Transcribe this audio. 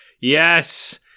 yes